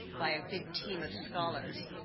by a big team of scholars.